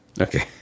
Okay